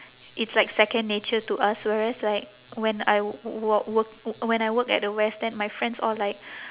it's like second nature to us whereas like when I work work when I work at the west then my friends all like